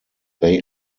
they